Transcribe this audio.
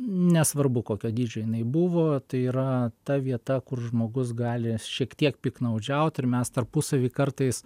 nesvarbu kokio dydžio jinai buvo tai yra ta vieta kur žmogus gali šiek tiek piktnaudžiaut ir mes tarpusavy kartais